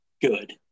good